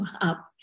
up